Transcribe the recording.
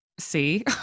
see